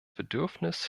bedürfnis